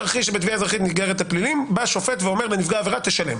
שבתביעה אזרחית נגררת לפלילים בא שופט ואומר לנפגע עבירה: תשלם.